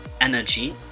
Energy